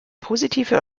positive